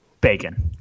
Bacon